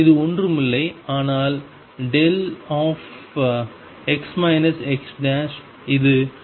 இது ஒன்றுமில்லை ஆனால் δx x இது δx x